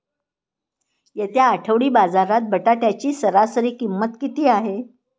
येत्या आठवडी बाजारात बटाट्याची सरासरी किंमत किती आहे?